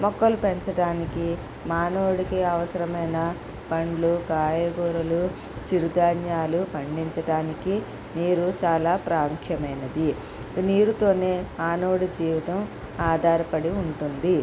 మొక్కలు పెంచటానికి మానవుడికి అవసరమైన పండ్లు కాయగూరలు చిరుధాన్యాలు పండించటానికి నీరు చాలా ప్రాముఖ్యమైనది నీరుతోనే మానవుడి జీవితం ఆధారపడి ఉంటుంది